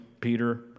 Peter